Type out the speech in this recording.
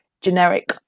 generic